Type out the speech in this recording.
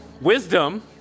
wisdom